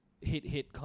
hit-hit